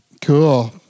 cool